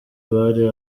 abari